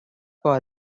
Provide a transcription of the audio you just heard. for